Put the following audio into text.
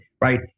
right